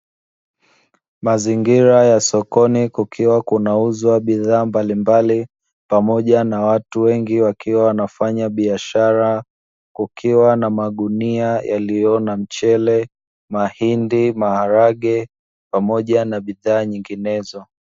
Mazingira ya sokoni kukiwa kunauzwa bidhaa mbalimbali pamoja na watu wengi wakiwa wanafanya biashara kukiwa na magunia yaliyo na mchele, mahindi, maharage pamoja na bidhaa nyinginezo.